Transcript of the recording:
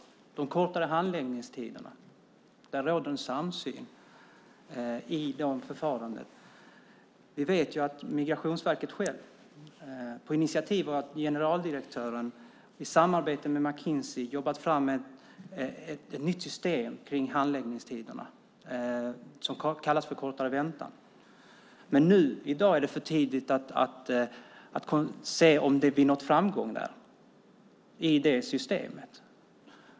När det gäller de kortare handläggningstiderna och det förfarandet råder en samsyn. Vi vet att Migrationsverket självt på generaldirektörens initiativ och i samarbete med McKinsey har jobbat fram ett nytt system för handläggningstiderna, det om kortare väntan. Men i dag är det för tidigt att se om vi nått framgång med det systemet.